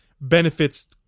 benefits